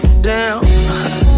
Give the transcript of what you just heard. down